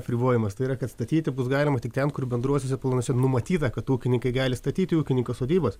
apribojimas tai yra kad statyti bus galima tik ten kur bendruosiuose planuose numatyta kad ūkininkai gali statyti ūkininko sodybas